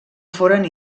foren